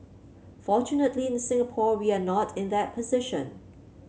fortunately in Singapore we are not in that position